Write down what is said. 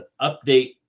update